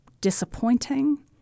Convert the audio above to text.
disappointing